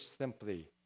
simply